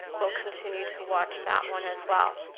we'll continue to watch that one as well.